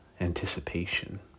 anticipation